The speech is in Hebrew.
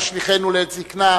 ואל תשליכנו לעת זיקנה.